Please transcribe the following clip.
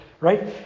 right